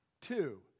Two